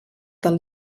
del